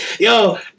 yo